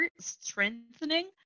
strengthening